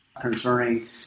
concerning